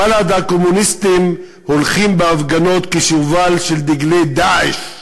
בל"ד הקומוניסטים הולכים בהפגנות כששובל של דגלי "דאעש"